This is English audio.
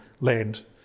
land